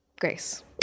Grace